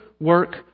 work